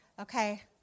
Okay